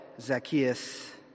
Zacchaeus